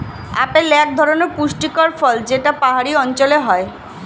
apple এক ধরনের পুষ্টিকর ফল যেটা পাহাড়ি অঞ্চলে হয়